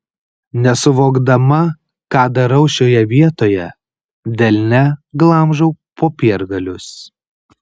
nesuvokdama ką darau šioje vietoje delne glamžau popiergalius